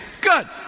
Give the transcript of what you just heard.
Good